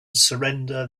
surrender